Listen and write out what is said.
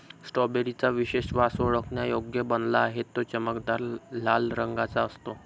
strawberry चा विशेष वास ओळखण्यायोग्य बनला आहे, तो चमकदार लाल रंगाचा असतो